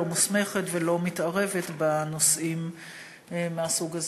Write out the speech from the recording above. לא מוסמכת ולא מתערבת בנושאים מהסוג הזה.